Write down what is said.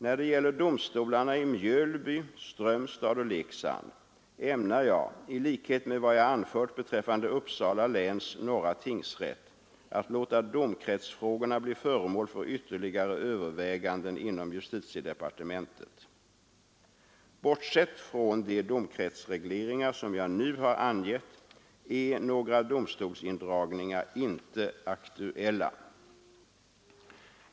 När det gäller domstolarna i Mjölby, Strömstad och Leksand ämnar jag i likhet med vad jag anfört beträffande Uppsala läns norra tingsrätt låta domkretsfrågorna bli föremål för ytterligare överväganden inom Bortsett från de domkretsregleringar som jag nu har angett är några domstolsindragningar inte aktuella.